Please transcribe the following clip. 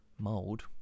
Mold